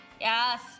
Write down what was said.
Yes